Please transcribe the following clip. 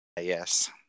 Yes